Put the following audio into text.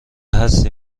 هستی